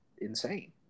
Insane